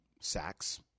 sacks